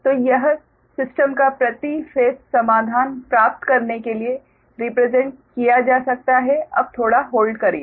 तो यह सिस्टम का प्रति फेस समाधान प्राप्त करने के लिए रिप्रेसेंट किया जा सकता है अब थोड़ा होल्ड करिए